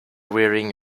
wearing